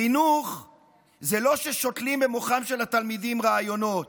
בחינוך לא שותלים במוחם של התלמידים רעיונות.